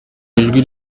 ijwi